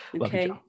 Okay